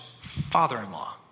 father-in-law